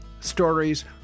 Stories